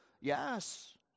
Yes